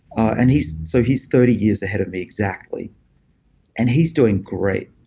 and he's so he's thirty years ahead of me exactly and he's doing great.